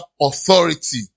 authority